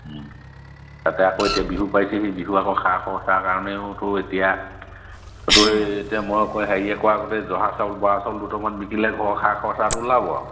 তাতে আকৌ এতিয়া বিহু পাইছেহি বিহু আকৌ খা খৰচৰ কাৰণেওতো এতিয়া হয়টো সেই এতিয়া মই কোৱা হেৰিয়ে কোৱাৰ দৰে জহা চাউল বৰা চাউল দুটামান বিকিলে ঘৰৰ খা খৰচটো ওলাব আৰু